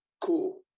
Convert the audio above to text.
cool